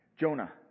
Jonah